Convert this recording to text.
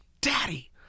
daddy